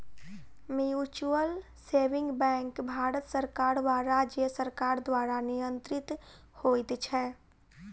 mutual saving bank Bharat सरकार वा राज्य सरकार द्वारा नियंत्रित होइत छै